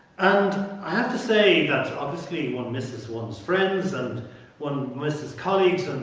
and i have to say that obviously one misses one's friends and one misses colleagues,